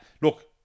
look